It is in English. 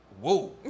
whoa